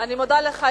אני מודה לך.